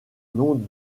nom